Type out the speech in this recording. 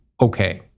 Okay